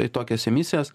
į tai tokias emisijas